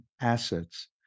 assets